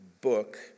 book